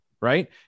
right